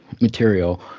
material